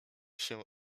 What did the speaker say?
się